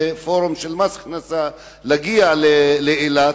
פורום של מס הכנסה להגיע לכנס באילת.